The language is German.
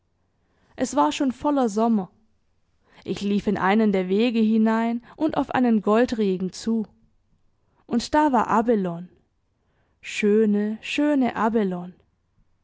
es war schon voller sommer ich lief in einen der wege hinein und auf einen goldregen zu und da war abelone schöne schöne